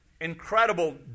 incredible